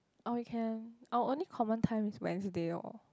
or we can our only common time is Wednesday oh